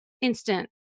instant